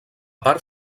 part